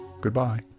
Goodbye